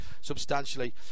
substantially